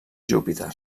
júpiter